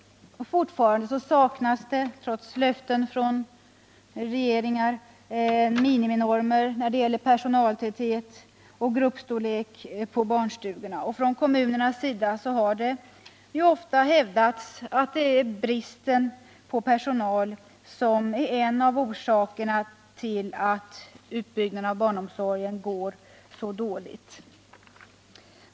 Fortfarande saknas, trots löften från regeringar, miniminormer när det gäller personaltäthet och gruppstorlek på barnstugorna. Från kommunernas sida har ofta hävdats att bristen på personal är en av orsakerna till att utbyggnaden av barnomsorgen går så dåligt.